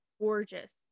gorgeous